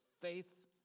Faith